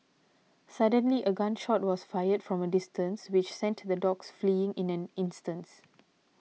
suddenly a gun shot was fired from a distance which sent the dogs fleeing in an instant